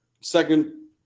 second